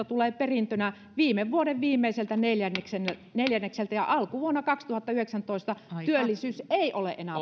tulee perintönä viime vuoden viimeiseltä neljännekseltä ja alkuvuonna kaksituhattayhdeksäntoista työllisyys ei ole enää